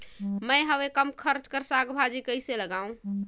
मैं हवे कम खर्च कर साग भाजी कइसे लगाव?